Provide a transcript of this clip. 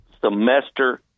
semester